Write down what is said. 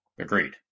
Agreed